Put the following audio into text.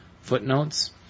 Footnotes